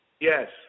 Yes